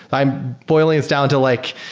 i'm boiling this down to like